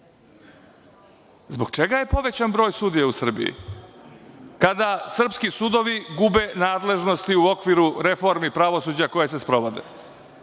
čega je povećan broj sudija u Srbiji, kada srpski sudovi gube nadležnosti u okviru reformi pravosuđa koje se sprovode?